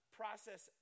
process